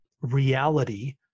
reality